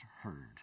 heard